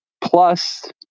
plus